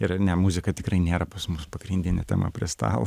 ir ne muzika tikrai nėra pas mus pagrindinė tema prie stalo